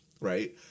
Right